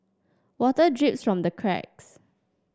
water drips from the cracks